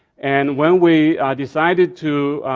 and when we ah decided to